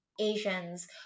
Asians